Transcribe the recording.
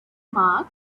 mark